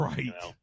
Right